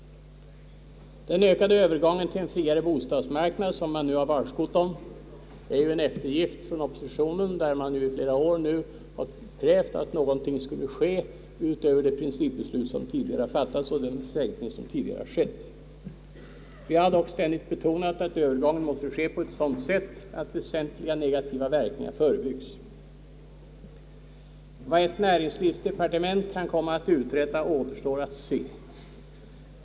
Den ökade övergång till en friare bostadsmarknad som regeringen nu har varskott om är en eftergift åt Oppositionen, som i flera år har krävt att någonting skulle ske utöver de principbeslut som tidigare har fattats och den frisläppning som tidigare har skett. Vi har dock ständigt betonat att övergången måste ske på ett sådant sätt att väsentliga negativa verkningar förebygges. Vad ett näringslivsdepartement kan komma att uträtta återstår att se.